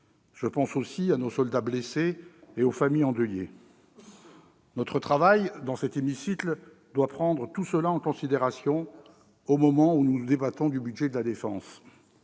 Je pense aussi à nos soldats blessés et aux familles endeuillées. Notre travail dans cet hémicycle doit prendre tout cela en considération au moment où nous débattons du budget de la défense.